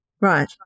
Right